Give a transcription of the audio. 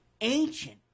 ancient